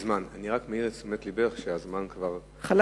אני רק מעיר את תשומת לבך לכך שזמנך תם כבר מזמן.